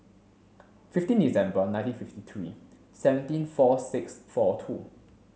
fifteen December nineteen fifty three seventeen four six four two